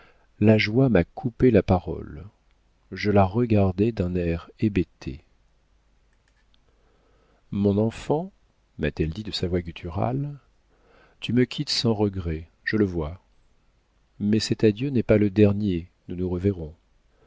la joie m'a coupé la parole je la regardais d'un air hébété mon enfant m'a-t-elle dit de sa voix gutturale tu me quittes sans regret je le vois mais cet adieu n'est pas le dernier nous nous reverrons